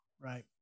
Right